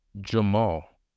Jamal